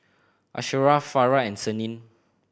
Asharaff Farah and Senin